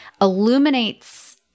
illuminates